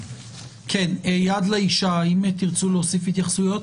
יד לאישה, האם תרצו להוסיף התייחסויות?